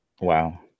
Wow